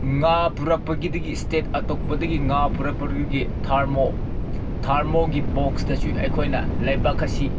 ꯉꯥ ꯄꯨꯔꯛꯄꯒꯤꯗꯒꯤ ꯏꯁꯇꯦꯠ ꯑꯇꯣꯞꯄꯗꯒꯤ ꯉꯥ ꯄꯨꯔꯨꯛꯄꯗꯨꯒꯤ ꯊꯥꯔꯃꯣ ꯊꯥꯔꯃꯣꯒꯤ ꯕꯣꯛꯁꯇꯁꯨ ꯑꯩꯈꯣꯏꯅ ꯂꯩꯕꯥꯛ ꯑꯁꯤ